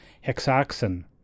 hexoxen